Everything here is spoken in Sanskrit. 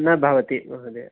न भवति महोदयः